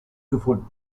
gefunden